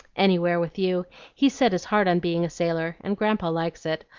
anywhere with you. he's set his heart on being a sailor, and grandpa likes it.